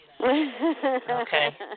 Okay